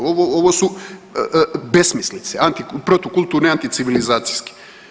Ovo su besmislice, protu kulturne anticivilizacijske.